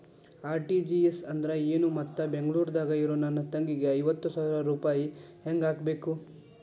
RTGS ಅಂದ್ರ ಏನು ಮತ್ತ ಬೆಂಗಳೂರದಾಗ್ ಇರೋ ನನ್ನ ತಂಗಿಗೆ ಐವತ್ತು ಸಾವಿರ ರೂಪಾಯಿ ಹೆಂಗ್ ಹಾಕಬೇಕು?